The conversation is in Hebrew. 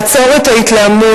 לעצור את ההתלהמות.